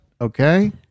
okay